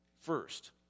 first